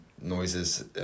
noises